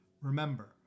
Remember